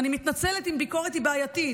אני מתנצלת אם ביקורת היא בעייתית.